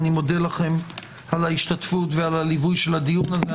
ואני מודה לכם על ההשתתפות ועל הליווי של הדיון הזה.